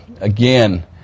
again